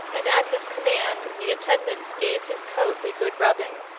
and at his command the attendants gave his coat a good rubbing,